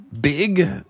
big